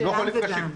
--- הם לא חולים קשים.